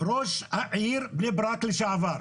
שהוא ראש העיר בני ברק לשעבר.